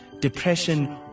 depression